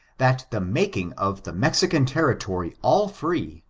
that the making of the mexican territory all free,